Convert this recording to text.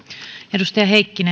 arvoisa